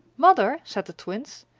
mother, said the twins,